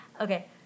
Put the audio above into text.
Okay